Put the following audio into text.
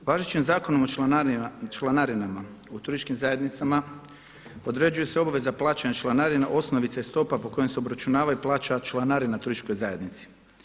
Važećim Zakonom o članarinama u turističkim zajednicama podređuju se obaveze plaćanja članarina osnovice stopa po kojima se obračunava i plaća članarina turističkoj zajednici.